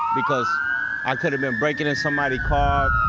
because i could have been breaking in somebody car.